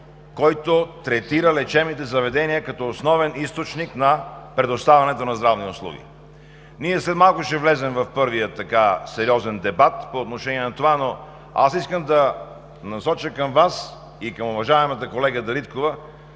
който третира лечебните заведения като основен източник на предоставянето на здравни услуги. След малко ние ще влезем в първия сериозен дебат по отношение на това, но аз искам да насоча към Вас и към уважаемата колега Дариткова